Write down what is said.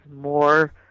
more